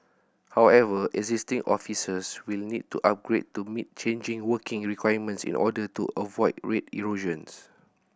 however existing officers will need to upgrade to meet changing working requirements in order to avoid rate erosion